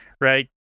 Right